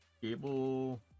cable